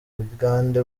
bugande